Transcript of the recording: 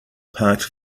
parked